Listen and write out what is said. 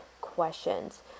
questions